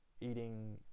eating